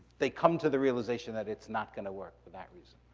they come to the realization that it's not gonna work for that reason.